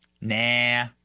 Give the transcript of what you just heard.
nah